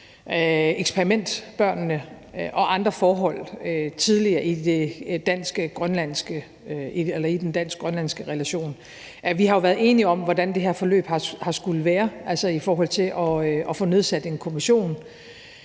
eksperimentbørnene og andre forhold tidligere i den dansk-grønlandske relation. Vi har jo været enige om, hvordan det her forløb har skullet være, altså i forhold til at få nedsat en kommission.